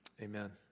amen